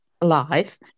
life